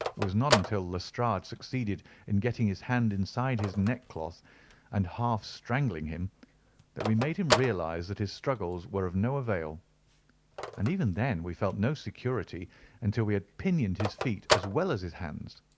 it was not until lestrade succeeded in getting his hand inside his neckcloth and half-strangling him that we made him realize that his struggles were of no avail and even then we felt no security until we had pinioned his feet as well as his hands.